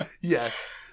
Yes